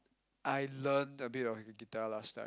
I learned a bit of the guitar last time